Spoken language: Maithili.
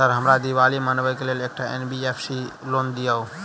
सर हमरा दिवाली मनावे लेल एकटा एन.बी.एफ.सी सऽ लोन दिअउ?